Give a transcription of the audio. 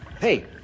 Hey